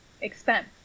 expense